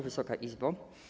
Wysoka Izbo!